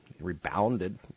rebounded